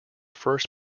first